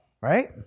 right